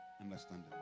understanding